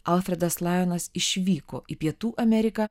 alfredas lajonas išvyko į pietų ameriką